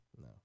No